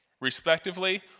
respectively